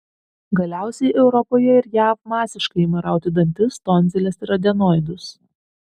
galiausiai europoje ir jav masiškai imta rauti dantis tonziles ir adenoidus